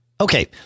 Okay